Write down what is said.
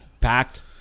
Packed